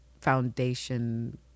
foundation